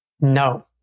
No